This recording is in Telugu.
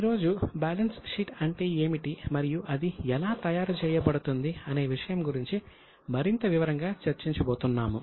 ఈ రోజు బ్యాలెన్స్ షీట్ అంటే ఏమిటి మరియు అది ఎలా తయారు చేయబడుతుంది అనే విషయం గురించి మరింత వివరంగా చర్చించబోతున్నాము